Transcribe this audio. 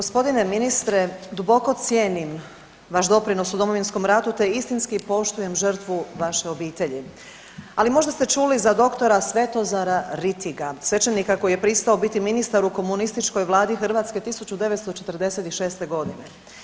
Gospodine ministre, duboko cijenim vaš doprinos u Domovinskog ratu te istinski poštujem žrtvu vaše obitelji ali možda ste čuli za dr. Svetozara Rittiga, svećenika koji je pristao biti ministar u komunističkoj Vladi Hrvatske 1946. godine.